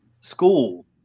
school